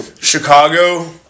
Chicago